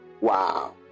Wow